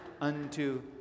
unto